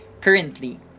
currently